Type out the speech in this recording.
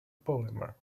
polymer